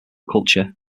culture